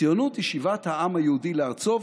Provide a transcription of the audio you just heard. הציונות היא שיבת העם היהודי לארצו,